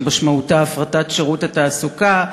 שמשמעותה הפרטת שירות התעסוקה.